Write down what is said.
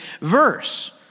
verse